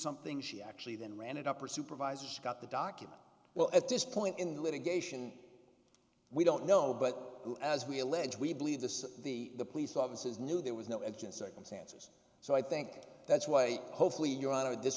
something she actually then ran it up her supervisors got the documents well at this point in the litigation we don't know but as we allege we believe this the police officers knew there was no edge in circumstances so i think that's why hopefully your honor this